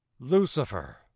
Lucifer